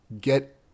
get